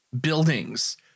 buildings